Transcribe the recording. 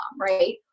right